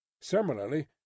Similarly